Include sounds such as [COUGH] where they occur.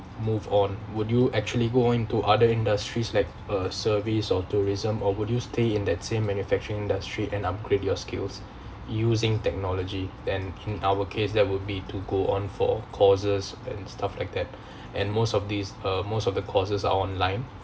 move on would you actually going to other industries like a service on tourism or would you stay in that same manufacturing industry and upgrade your skills using technology than in our case there would be to go on for courses and stuff like that [BREATH] and most of these uh most of the courses are online